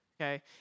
Okay